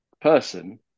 person